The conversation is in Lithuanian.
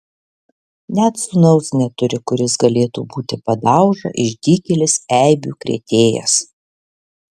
net sūnaus neturi kuris galėtų būti padauža išdykėlis eibių krėtėjas